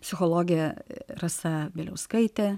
psichologė rasa bieliauskaitė